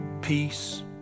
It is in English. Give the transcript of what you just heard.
peace